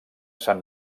sant